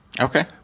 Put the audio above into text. Okay